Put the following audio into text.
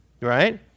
right